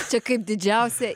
čia kaip didžiausią